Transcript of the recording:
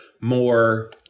more